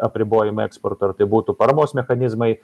apribojimai eksporto ar tai būtų paramos mechanizmai